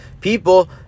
people